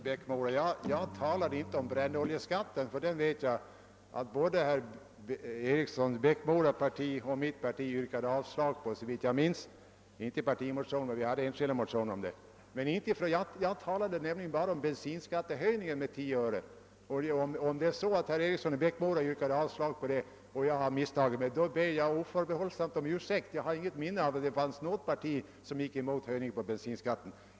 Herr talman! Jag talade inte om brännoljeskatten. Såvitt jag minns yrkade herr Erikssons i Bäckmora parti och mitt parti avslag på höjningsförslaget i denna del. Visserligen var det väl inte partimotioner, men vi hade enskilda motioner i frågan. Jag talade bara om höjningen av bensinskatten med 10 öre. Om herr Eriksson i Bäckmora yrkade avslag på den och jag har misstagit mig, ber jag oförbehållsamt om ursäkt. Jag har inget minne av att någon gick emot höjningen av bensinskatten.